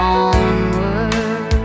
onward